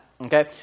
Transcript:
Okay